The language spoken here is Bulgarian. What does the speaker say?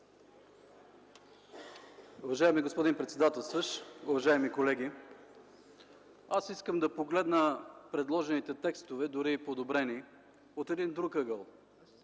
Уважаеми господин председател, уважаеми колеги! Искам да погледна предложените текстове, дори и подобрени, от един друг ъгъл